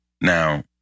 Now